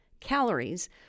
Calories